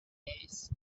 days